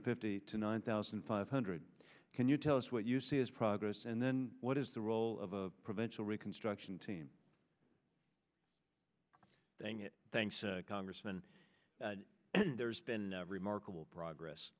fifty to nine thousand five hundred can you tell us what you see as progress and then what is the role of a provincial reconstruction team saying it thanks congressman there's been remarkable progress